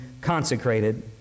consecrated